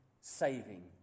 saving